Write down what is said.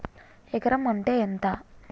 ఎకరం అంటే ఎంత?